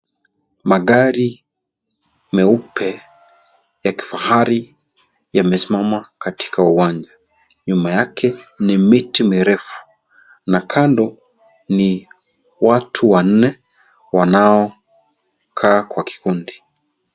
Magari meupe ya kifahari yamesimama katika uwanja, nyuma yake ni miti mirefu na kando ni watu wanne wanao kaa kwa kikundi.